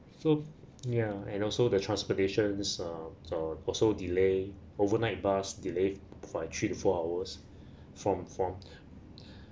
so yeah and also the transportation uh also delay overnight bus delayed for like three to four hours from from